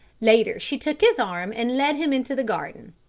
later she took his arm and led him into the garden.